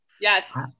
Yes